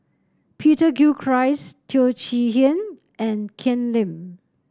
Peter Gilchrist Teo Chee Hean and Ken Lim